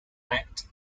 act